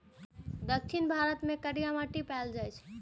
दक्षिण भारत मे करिया माटि पाएल जाइ छै